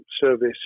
service